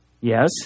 Yes